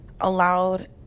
allowed